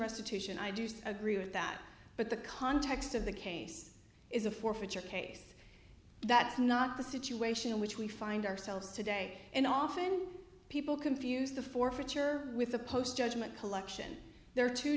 restitution i do agree with that but the context of the case is a forfeiture case that's not the situation in which we find ourselves today and often people confuse the forfeiture with the post judgment collection there are two